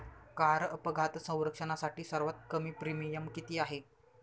Car अपघात संरक्षणासाठी सर्वात कमी प्रीमियम किती आहे?